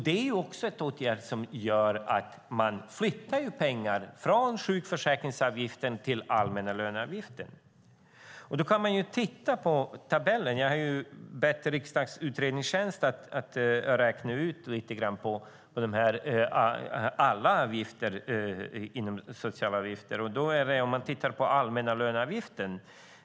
Det är också en åtgärd som gör att man flyttar pengar från sjukförsäkringsavgiften till den allmänna löneavgiften. Då kan man titta på tabellen. Jag har bett riksdagens utredningstjänst att räkna lite grann på alla avgifter inom socialavgifterna. Man kan titta på den allmänna löneavgiften.